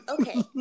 Okay